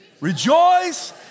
rejoice